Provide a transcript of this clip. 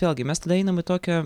vėlgi mes tada einame į tokią